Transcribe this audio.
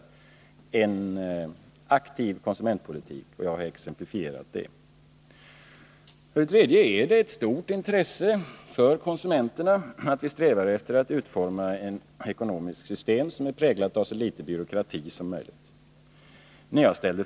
Det gäller oavsett de etiketter som Carl Lidbom klistrar på den. Det är vidare ett stort intresse för konsumenterna att vi strävar efter att utforma ett ekonomiskt system som så litet som möjligt präglas av byråkrati.